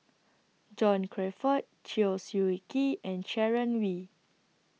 John Crawfurd Chew Swee Kee and Sharon Wee